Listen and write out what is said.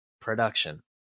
production